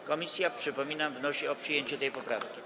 a. Komisja, przypominam, wnosi o przyjęcie tej poprawki.